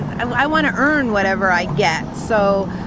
i want to earn whatever i get. so,